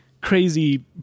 crazy